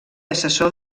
assessor